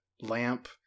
lamp